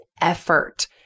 effort